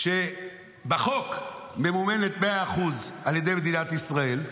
שבחוק ממומנת 100% על ידי מדינת ישראל,